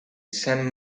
saint